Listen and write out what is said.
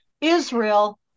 Israel